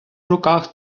руках